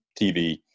TV